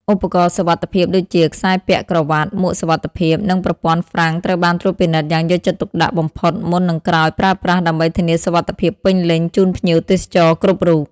ឧបករណ៍សុវត្ថិភាពដូចជាខ្សែពាក់ក្រវ៉ាត់ មួកសុវត្ថិភាព និងប្រព័ន្ធហ្វ្រាំងត្រូវបានត្រួតពិនិត្យយ៉ាងយកចិត្តទុកដាក់បំផុតមុន និងក្រោយប្រើប្រាស់ដើម្បីធានាសុវត្ថិភាពពេញលេញជូនភ្ញៀវទេសចរគ្រប់រូប។